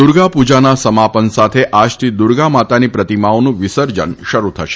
દૂર્ગા પૂજાના સમાપન સાથે આજથી દુર્ગા માતાની પ્રતિમાઓનું વિસર્જન શરૂ થશે